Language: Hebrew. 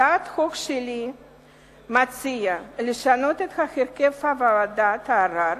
הצעת החוק שלי מציעה לשנות את הרכב ועדת הערר